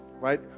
right